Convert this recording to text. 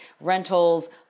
rentals